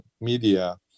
media